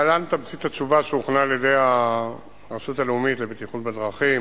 להלן תמצית התשובה שהוכנה על-ידי הרשות הלאומית לבטיחות בדרכים: